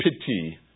pity